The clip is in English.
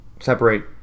separate